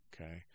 okay